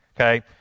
Okay